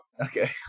okay